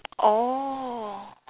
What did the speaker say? oh